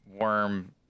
worm